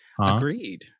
Agreed